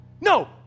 no